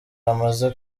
bamaze